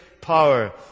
power